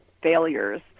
failures